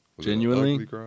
Genuinely